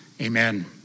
Amen